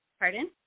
Pardon